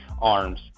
arms